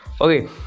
okay